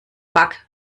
bug